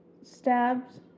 Stabbed